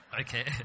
Okay